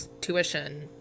tuition